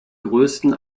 größten